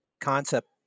concept